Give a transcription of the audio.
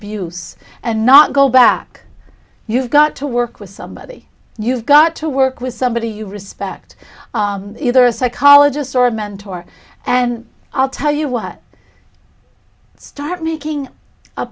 abuse and not go back you've got to work with somebody you've got to work with somebody you respect either a psychologist or a mentor and i'll tell you what start making a